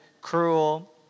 cruel